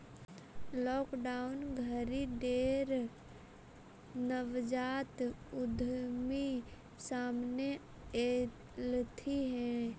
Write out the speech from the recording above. lockdown घरी ढेर नवजात उद्यमी सामने अएलथिन हे